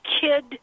kid